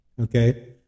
Okay